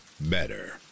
better